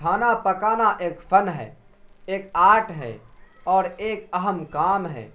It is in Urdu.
کھانا پکانا ایک فن ہے ایک آرٹ ہے اور ایک اہم کام ہے